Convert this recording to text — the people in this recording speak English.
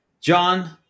John